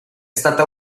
stata